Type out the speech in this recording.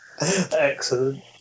Excellent